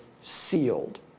sealed